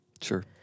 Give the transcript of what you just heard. Sure